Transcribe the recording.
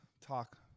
talk